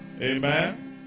Amen